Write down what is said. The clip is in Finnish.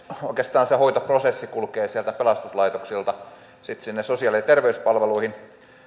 oikeastaan se hoitoprosessi kulkee sieltä pelastuslaitoksilta sitten sinne sosiaali ja terveyspalveluihin